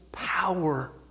Power